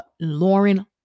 Lauren